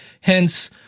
Hence